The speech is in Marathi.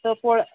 हो पोळा